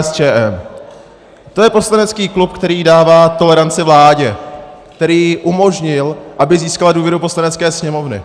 To je poslanecký klub, který dává toleranci vládě, který umožnil, aby získala důvěru Poslanecké sněmovny.